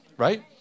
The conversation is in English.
Right